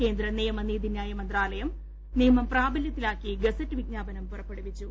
കേന്ദ്ര നിയമ നീതിന്യായ മന്ത്രാലയം നിയമം പ്രാബ്യത്തിലാക്കി ഗസറ്റ് വിജ്ഞാപനം പുറപ്പെടുവിച്ചു